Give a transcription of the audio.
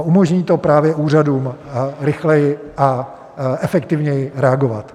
Umožní to právě úřadům rychleji a efektivněji reagovat.